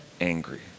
angry